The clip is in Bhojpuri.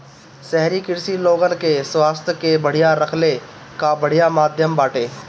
शहरी कृषि लोगन के स्वास्थ्य के बढ़िया रखले कअ बढ़िया माध्यम बाटे